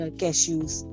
cashews